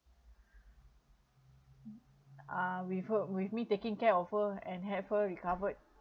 uh we her with me taking care of her and have her recovered